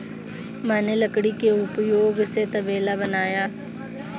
मैंने लकड़ी के उपयोग से तबेला बनाया